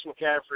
McCaffrey